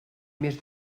més